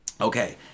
Okay